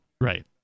Right